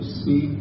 see